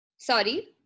sorry